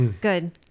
Good